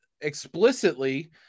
explicitly